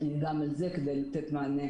על זה כדי לתת מענה